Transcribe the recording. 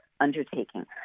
undertaking